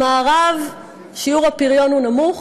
במערב שיעור הפריון הוא נמוך,